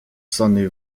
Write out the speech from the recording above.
sonny